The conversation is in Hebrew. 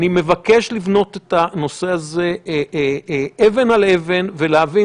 אני מבקש לבנות את הנושא הזה אבן על אבן ולהבין